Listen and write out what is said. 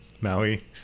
Maui